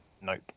Nope